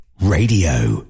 radio